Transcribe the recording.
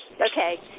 Okay